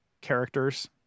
characters